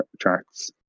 charts